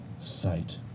sight